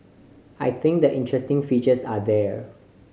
I think the interesting features are there